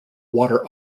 water